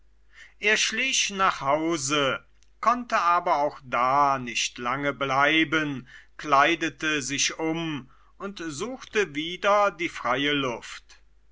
er schlich nach hause konnte aber auch da nicht lange bleiben kleidete sich um und suchte wieder die freie luft